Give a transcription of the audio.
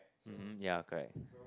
mm ya correct